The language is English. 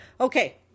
Okay